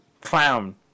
Clown